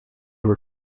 were